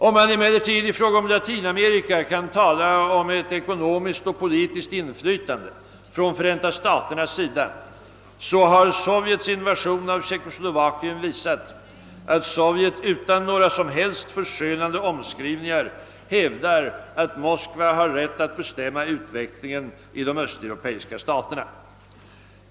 Om man emellertid i fråga om Latinamerika kan tala om ett ekonomiskt och politiskt inflytande från Förenta staterna, har Sovjets invasion av Tjeckoslovakien visat att Sovjet utan några som helst förskönande omskrivningar hävdar att Moskva har rätt att bestämma utvecklingen i de östeuropeiska staterna.